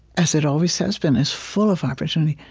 as it always has been, is full of opportunity.